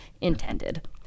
intended